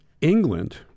England